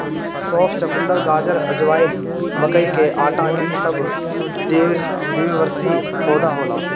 सौंफ, चुकंदर, गाजर, अजवाइन, मकई के आटा इ सब द्विवर्षी पौधा होला